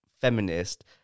feminist